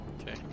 Okay